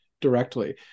directly